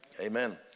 Amen